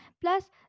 plus